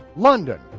london,